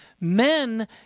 Men